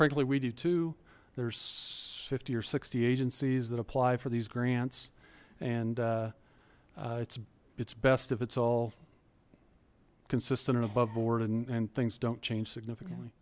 frankly we do there's fifty or sixty agencies that apply for these grants and it's it's best if it's all consistent and aboveboard and things don't change significantly